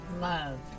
love